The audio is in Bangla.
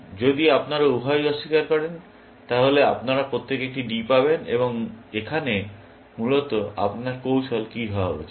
যদি আপনারা উভয়েই অস্বীকার করেন তাহলে আপনারা প্রত্যেকে একটি D পাবেন এখানে মূলত আপনার কৌশল কী হওয়া উচিত